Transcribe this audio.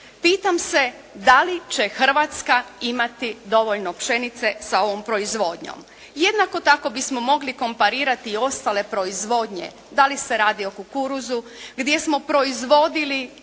Pitam se da li će Hrvatska imati dovoljno pšenice sa ovom proizvodnjom. Jednako tako bismo mogli komparirati ostale proizvodnje da li se radi o kukuruzu gdje smo proizvodili